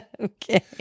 Okay